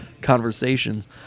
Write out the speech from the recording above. conversations